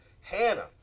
Hannah